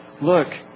look